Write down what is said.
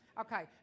Okay